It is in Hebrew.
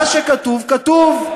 מה שכתוב, כתוב.